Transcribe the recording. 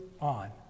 on